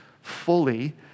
fully